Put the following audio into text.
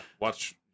Watch